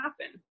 happen